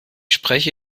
spreche